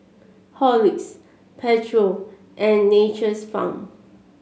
Horlicks Pedro and Nature's Farm